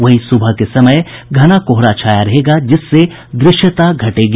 वहीं सुबह के समय घना कोहरा छाया रहेगा जिससे दृश्यता घटेगी